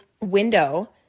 window